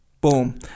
Boom